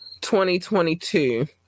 2022